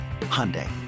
Hyundai